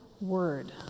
word